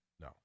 No